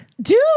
Dude